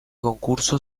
concurso